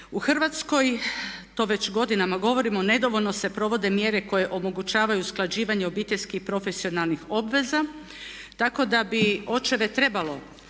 U Hrvatskoj to već godinama govorimo nedovoljno se provode mjere koje omogućavaju usklađivanje obiteljski i profesionalnih obveza tako da bi očeve trebalo